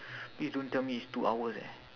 please don't tell me it's two hours eh